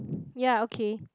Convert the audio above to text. ya okay